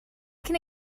can